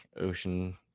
ocean